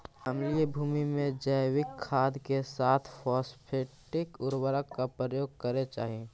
अम्लीय भूमि में जैविक खाद के साथ फॉस्फेटिक उर्वरक का प्रयोग करे चाही